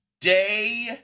Day